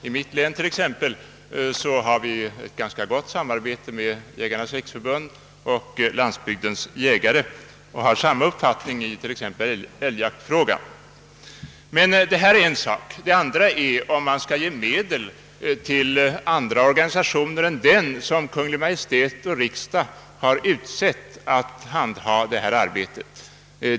I mitt län t.ex. har vi ett ganska gott samarbete med Jägarnas riksförbund och Landsbygdens jägare och har samma uppfattning i t.ex. älgjaktfrågan. Detta är en sak, den andra är om man skall ge medel ur jaktvårdsfonden till andra organisationer än den som Kungl. Maj:t och riksdagen har utsett att handha detta arbete.